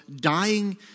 dying